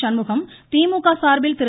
சண்முகம் திமுக சார்பில் திரு